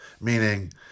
meaning